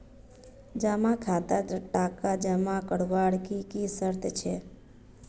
जमा खातात टका जमा करवार की की शर्त छे?